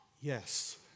Yes